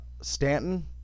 Stanton